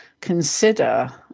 consider